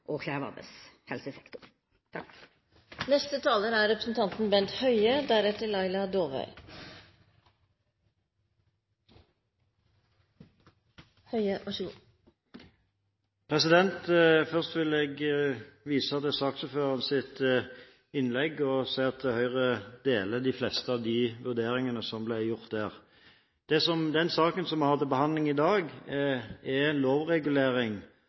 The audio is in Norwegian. og krevende helsesektor. Først vil jeg vise til saksordførerens innlegg og si at Høyre deler de fleste av hans vurderinger. Den saken som vi har til behandling i dag, gjelder lovregulering